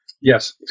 Yes